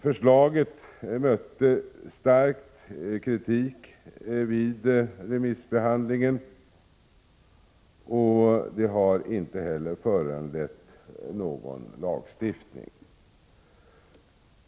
Förslaget mötte stark kritik vid remissbehandlingen och har inte föranlett någon lagstiftning.